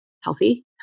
healthy